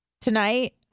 tonight